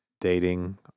dating